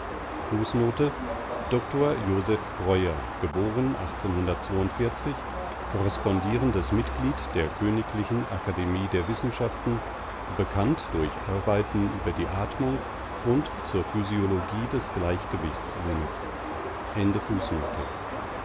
dr josef breuer geb korrespondierendes mitglied der k akademie der wissenschaften bekannt durch arbeiten über die atmung und zur physiologie des gleichgewichtssinnes